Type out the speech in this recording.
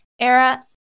era